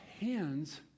hands